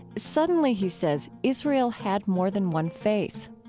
suddenly he says, israel had more than one face.